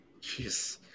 Jeez